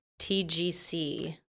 TGC